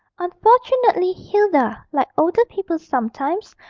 unfortunately, hilda, like older people sometimes,